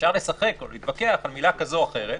אפשר לשחק או להתווכח על מילה כזו או אחרת.